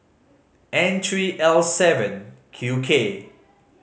N three L seven Q K